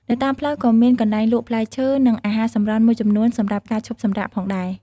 នៅតាមផ្លូវក៏មានកន្លែងលក់ផ្លែឈើនិងអាហារសម្រន់មួយចំនួនសម្រាប់ការឈប់សម្រាកផងដែរ។